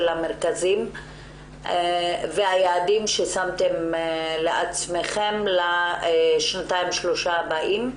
המרכזים ואת היעדים שהצבתם לעצמכם לשנתיים שלוש הבאות.